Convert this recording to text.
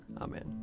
Amen